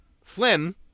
Flynn